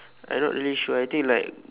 I not really sure I think like